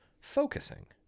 focusing